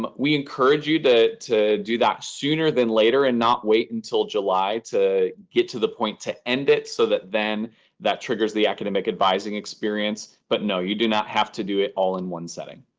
um we encourage you to do that sooner than later and not wait until july to get to the point to end it so that then that triggers the academic advising experience. but no, you do not have to do it all in one setting?